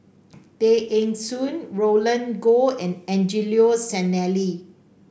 Tay Eng Soon Roland Goh and Angelo Sanelli